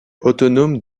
autonome